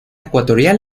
ecuatorial